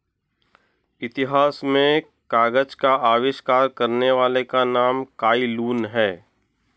इतिहास में कागज का आविष्कार करने वाले का नाम काई लुन है